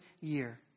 year